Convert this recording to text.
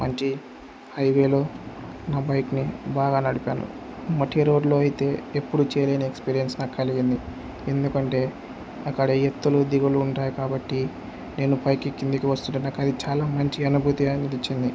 మంచి హైవేలో నా బైక్ని బాగా నడిపాను మట్టి రోడ్లో అయితే ఎప్పుడూ చేయలేని ఎక్స్పీరియన్స్ నా కలిగింది ఎందుకంటే అక్కడ ఎత్తులు దిగుడులు ఉంటాయి కాబట్టి నేను పైకి కిందికి వస్తుంటే నాకు అది చాలా మంచి అనుభూతి అనిపించింది